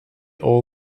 all